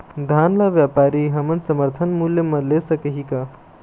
धान ला व्यापारी हमन समर्थन मूल्य म ले सकही का?